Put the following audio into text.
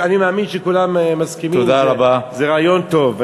אני מאמין שכולם מסכימים שזה רעיון טוב.